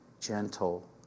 gentle